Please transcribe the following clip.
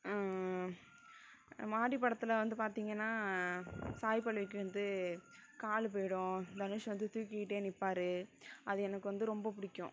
மாரி படத்தில் வந்து பார்த்தீங்கன்னா சாய்பல்லவிக்கு வந்து கால் போய்விடும் தனுஷ் வந்து தூக்கிக்கிட்டே நிற்பாரு அது எனக்கு வந்து ரொம்ப பிடிக்கும்